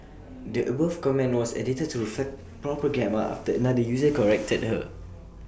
the above comment was edited to reflect proper grammar after another user corrected her